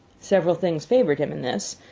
several things favored him in this.